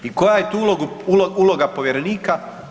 I koja je tu uloga povjerenika?